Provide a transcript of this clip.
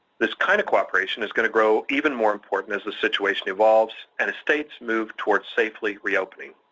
this kind of cooperation is going to grow even more important as the situation evolves and as states move towards safely reopening.